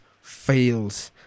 fails